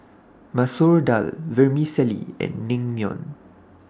Masoor Dal Vermicelli and Naengmyeon